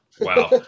Wow